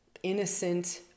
innocent